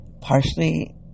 Partially